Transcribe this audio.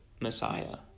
Messiah